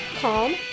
calm